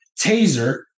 taser